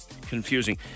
confusing